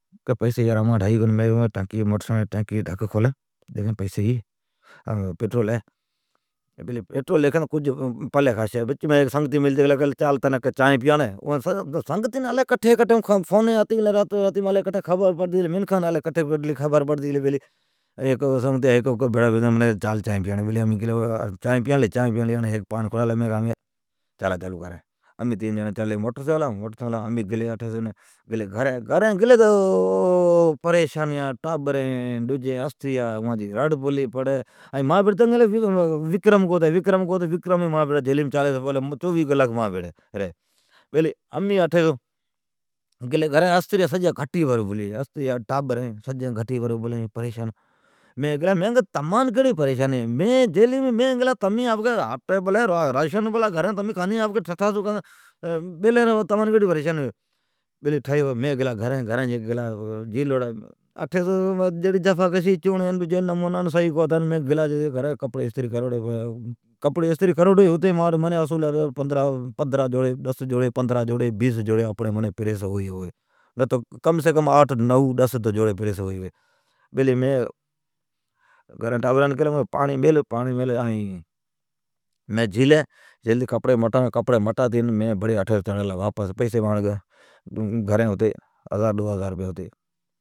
بیلی پئسی اماٹ ھی کونی۔ موٹرسائیکلا جی ڈک کھولین ڈیکھین مئین پیسی ھی، پٹرول ہے، ڈیکھین مئین پترول پلی ہے۔ بچما سنگتیاڑین گڈجلی کی چال تنین چانھ پیاڑین، منکھان، سنگتین الی کٹھیس کٹھیس خبر پڑلی الی کٹھی کٹھی فونین آلین، چانھ پیلی ،پان کھڑالی امین گلی گھرین۔ گھرین جائون تو موٹین، ٹابرین سبھ پریسان لاگلین پلین ھی استریا اوا جی رڑ پلی پڑی۔ بھلی مان بھیڑی وکرم کو ھتی اوب بھی مان بھیڑی جیلیم چالیس بولی چوویھ کلاک۔ سبھ گھٹی بر ابھلین ھی۔ مین اوان کیلی جیلیم مین گلا ھین تمین کان پریشان ھلین ھوا، گھرین آٹی راشن پلا ہے، کھانی ٹھٹھاس بیلیا ریوا۔ اٹھی جیڑیا جفاکھسیا کرلیا۔ مین ٹابران کیلی پاڑین میلا مین جھیلین پچھی جان، مانجا اصول ہے ڈس جوڑی پندھران جوڑی پریس کروڑی ھوی ئی ھوی۔ مین کپڑی پتی مٹاتی واپس ٹڑین پئیسی مانٹھ ھزار ڈو ھوی گھرین مین گیتی ھلا رووانا۔